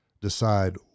decide